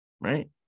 right